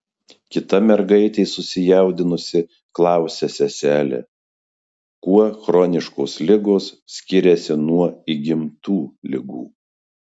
kita mergaitė susijaudinusi klausia seselę kuo chroniškos ligos skiriasi nuo įgimtų ligų